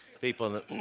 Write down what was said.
people